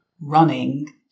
running